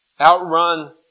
outrun